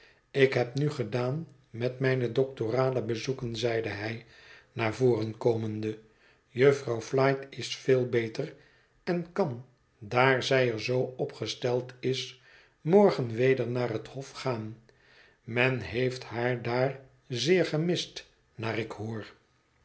ik heb nu gedaan met mijne doctorale bezoeken zeide hij naar voren komende jufvrouw flite is veel beter en kan daar zij er zoo op gesteld is morgen weder naar het hof gaan men heeft haar daar zeer gemist naar ik hoor